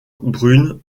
brune